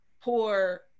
poor